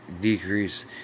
decrease